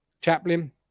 Chaplin